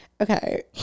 Okay